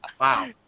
Wow